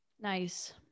Nice